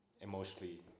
emotionally